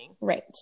right